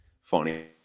funny